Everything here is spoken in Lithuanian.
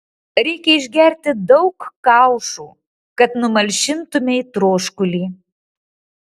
reikia išgerti daug kaušų kad numalšintumei troškulį